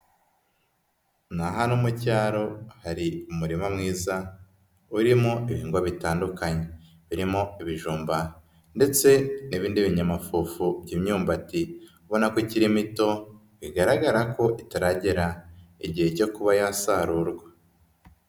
Ni ahantu mu cyaro hari umurima mwiza urimo ibihingwa bitandukanye birimo ibijumba ndetse n'ibindi binyamafufu by'imyumbati ubona ko ikiri mito bigaragara ko itaragera igihe cyo kuba yasarurwa.